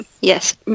Yes